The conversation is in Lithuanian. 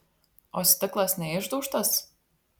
o stiklas neišdaužtas